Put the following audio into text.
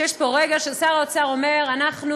שיש פה רגע ששר האוצר אומר: אנחנו